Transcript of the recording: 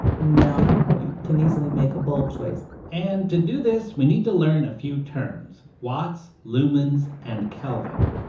now you you can easily make a bulb choice and to do this, we need to learn a few terms watts, lumens and kelvin.